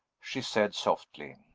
she said softly.